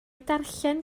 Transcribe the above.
darllen